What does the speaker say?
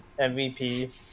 MVP